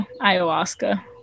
Ayahuasca